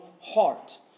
heart